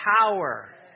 power